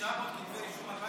אבל מה שאמרת לא